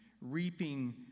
reaping